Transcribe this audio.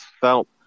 felt